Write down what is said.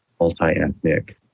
multiethnic